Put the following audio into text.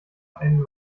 einen